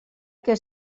que